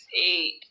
eight